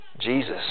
Jesus